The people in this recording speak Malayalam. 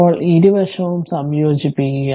ഇപ്പോൾ ഇരുവശവും സംയോജിപ്പിക്കുക